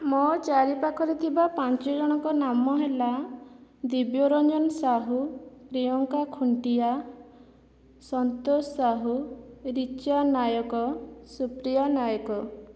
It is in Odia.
ମୋ ଚାରିପାଖରେ ଥିବା ପାଞ୍ଚଜଣଙ୍କ ନାମ ହେଲା ଦିବ୍ୟରଞ୍ଜନ ସାହୁ ପ୍ରିୟଙ୍କା ଖୁଣ୍ଟିଆ ସନ୍ତୋଷ ସାହୁ ରିଚା ନାୟକ ସୁପ୍ରିୟା ନାୟକ